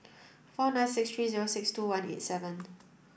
four nine six three zero six two one eight seven